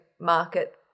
market